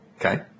Okay